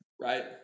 Right